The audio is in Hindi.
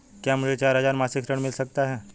क्या मुझे चार हजार मासिक ऋण मिल सकता है?